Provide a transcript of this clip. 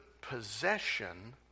possession